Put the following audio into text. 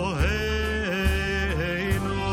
אלוהינו,